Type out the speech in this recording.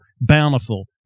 bountiful